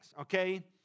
okay